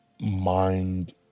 mind